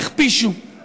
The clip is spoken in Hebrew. הכפישו,